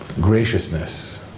graciousness